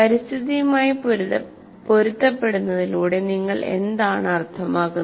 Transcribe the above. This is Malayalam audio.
പരിസ്ഥിതിയുമായി പൊരുത്തപ്പെടുന്നതിലൂടെ നിങ്ങൾ എന്താണ് അർത്ഥമാക്കുന്നത്